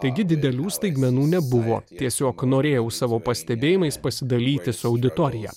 taigi didelių staigmenų nebuvo tiesiog norėjau savo pastebėjimais pasidalyti su auditorija